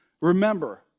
Remember